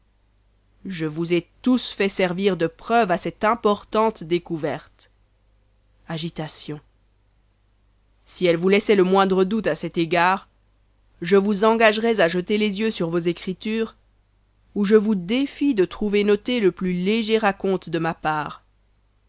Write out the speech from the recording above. je vous ai tous fait servir de preuve à cette importante découverte agitation si elle vous laissait le moindre doute à cet égard je vous engagerais à jeter les yeux sur vos écritures où je vous défie de trouver note le plus léger à compte de ma part